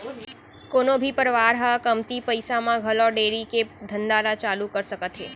कोनो भी परवार ह कमती पइसा म घलौ डेयरी के धंधा ल चालू कर सकत हे